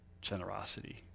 generosity